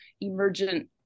emergent